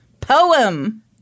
poem